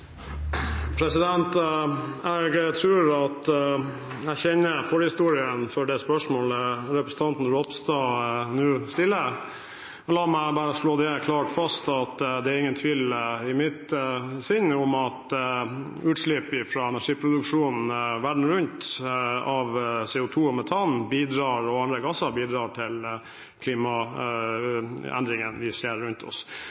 Jeg tror jeg kjenner forhistorien til det spørsmålet representanten Ropstad nå stiller. La meg bare slå klart fast at det er ingen tvil i mitt sinn om at utslipp fra energiproduksjonen verden rundt av CO2og metan og andre gasser bidrar til klimaendringene vi ser rundt oss.